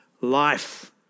life